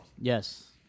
Yes